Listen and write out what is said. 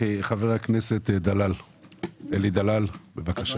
חבר הכנסת אלי דלל, בבקשה.